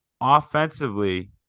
offensively